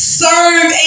serve